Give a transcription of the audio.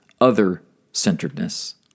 other-centeredness